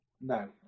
No